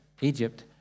Egypt